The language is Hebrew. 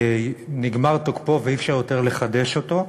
נגמר תוקפו ואי-אפשר עוד לחדש אותו.